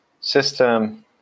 system